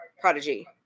Prodigy